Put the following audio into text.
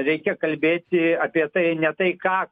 reikia kalbėti apie tai ne tai ką